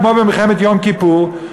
כמו במלחמת יום כיפור,